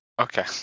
Okay